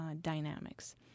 dynamics